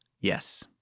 Yes